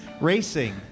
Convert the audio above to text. racing